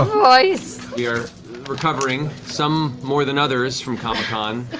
like we are recovering, some more than others, from comic-con.